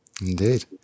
Indeed